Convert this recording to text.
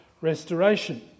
restoration